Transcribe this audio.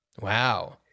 Wow